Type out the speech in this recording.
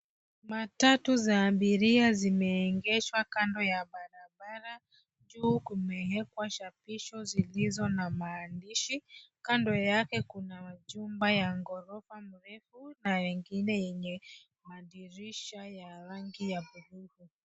Matatu za abiria zimeegeshwa kando ya barabara juu kumewekwa chapisho zilizo na maandishi. Kando yake kuna jumba ya ghorofa mrefu na ingine yenye madirisha ya rangi ya bluu.